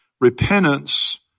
repentance